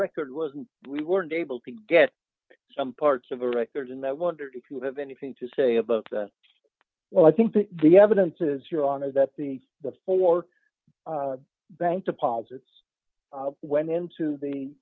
record wasn't we weren't able to get some parts of the record and i wondered if you have anything to say about well i think the evidence is your honor that the the four bank deposits went into the